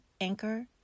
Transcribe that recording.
Anchor